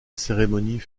cérémonie